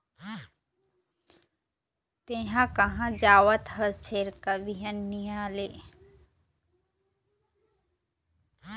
तेंहा कहाँ जावत हस छेरका, बिहनिया ले?